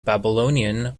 babylonian